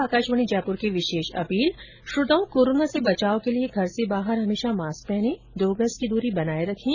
और अब आकाशवाणी जयपुर की विशेष अपील श्रोताओं कोरोना से बचाव के लिए घर से बाहर हमेशा मास्क पहनें और दो गज की दूरी बनाए रखें